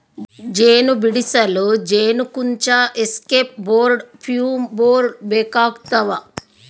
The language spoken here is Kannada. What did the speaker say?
ಜೇನು ಬಿಡಿಸಲು ಜೇನುಕುಂಚ ಎಸ್ಕೇಪ್ ಬೋರ್ಡ್ ಫ್ಯೂಮ್ ಬೋರ್ಡ್ ಬೇಕಾಗ್ತವ